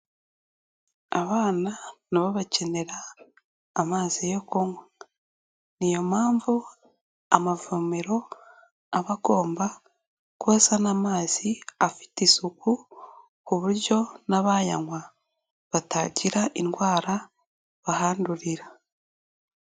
Abana nabo bakenera amazi yo kunywa. Ni iyo mpamvu amavomero aba agomba kuba azana amazi afite isuku ku buryo n'abayanywa batagira indwara bahandurira.